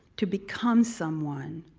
to become someone.